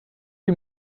you